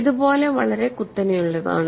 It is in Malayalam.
ഇത് പോലെ വളരെ കുത്തനെയുള്ളതാണ്